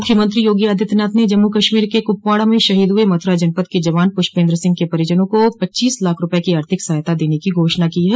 मुख्यमंत्री योगी आदित्यनाथ ने जम्मू कश्मीर के कुपवाड़ा में शहीद हुए मथुरा जनपद के जवान पुष्पेन्द्र सिंह के परिजनों को पच्चीस लाख रूपये की आर्थिक सहायता देने की घोषणा की है